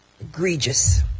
egregious